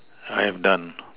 I have done